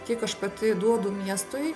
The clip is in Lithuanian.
kiek aš pati duodu miestui